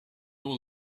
all